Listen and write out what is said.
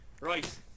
Right